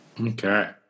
Okay